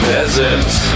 Peasants